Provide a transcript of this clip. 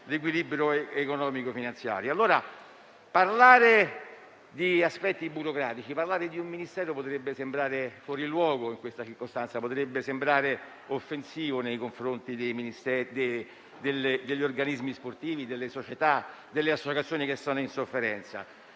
l'equilibrio economico-finanziario. Pertanto, parlare di aspetti burocratici, parlare di un Ministero potrebbe sembrare fuori luogo in questa circostanza e offensivo nei confronti degli organismi sportivi, delle società e delle associazioni che sono in sofferenza.